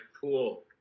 pool